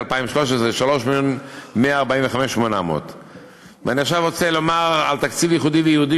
2013 3,145,800. ועכשיו אני רוצה לדבר על תקציב ייחודי וייעודי